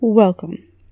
Welcome